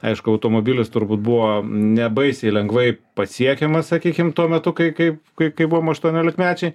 aišku automobilis turbūt buvo nebaisiai lengvai pasiekiamas sakykim tuo metu kai kai kai buvom aštuoniolikmečiai